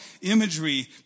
imagery